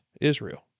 Israel